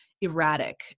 erratic